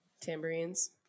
tambourines